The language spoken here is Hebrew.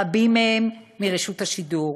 רבים מהם מרשות השידור.